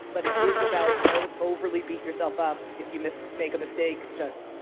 but it is about no one overly beat yourself up. if you make make a mistake, just,